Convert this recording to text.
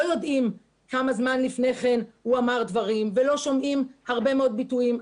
לא יודעים כמה זמן לפני כן הוא אמר דברים ולא שומעים הרבה מאוד ביטויים.